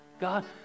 God